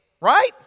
right